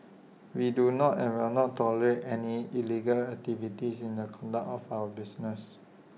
we do not and will not tolerate any illegal activities in the conduct of our business